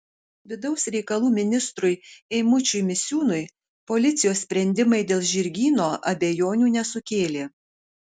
vidaus reikalų ministrui eimučiui misiūnui policijos sprendimai dėl žirgyno abejonių nesukėlė